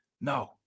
No